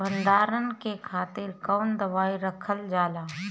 भंडारन के खातीर कौन दवाई रखल जाला?